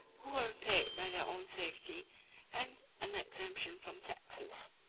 who were repaid by their own safety and an exemption from taxes.